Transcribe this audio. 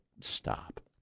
stop